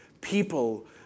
People